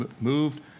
moved